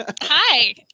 Hi